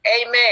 amen